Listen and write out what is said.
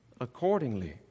accordingly